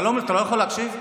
אתה לא יכול להקשיב?